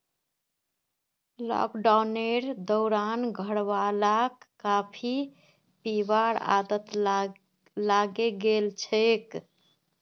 लॉकडाउनेर दौरान घरवालाक कॉफी पीबार आदत लागे गेल छेक